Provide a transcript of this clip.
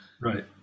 right